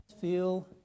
feel